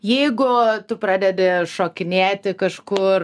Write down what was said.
jeigu tu pradedi šokinėti kažkur